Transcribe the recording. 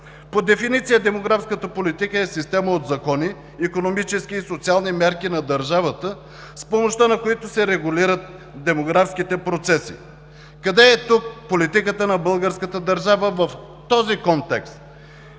По дефиниция демографската политика е система от закони, икономически и социални мерки на държавата, с помощта на които се регулират демографските процеси. Къде е тук политиката на българската държава в този контекст?